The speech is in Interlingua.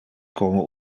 como